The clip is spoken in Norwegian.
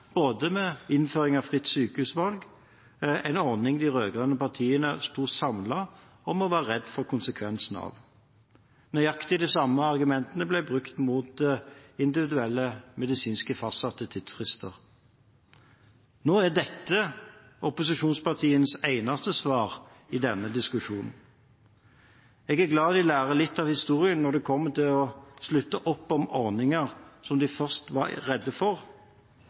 innføring av fritt sykehusvalg, en ordning de rød-grønne partiene sto samlet om å være redde for konsekvensene av. Og nøyaktig de samme argumentene ble brukt mot individuell medisinsk fastsatt tidsfrist. Nå er dette opposisjonspartienes eneste svar i denne diskusjonen. Jeg er glad de lærer litt av historien når det kommer til å slutte opp om ordninger som de først var redde for.